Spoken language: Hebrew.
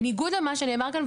בניגוד למה שנאמר כאן.